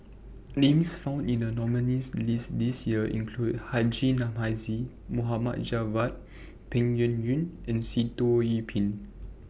Names found in The nominees' list This Year include Haji Namazie Mohd Javad Peng Yuyun and Sitoh Yih Pin